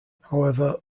however